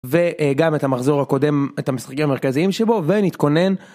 וגם את המחזור הקודם את המשחקים המרכזיים שבו ונתכונן.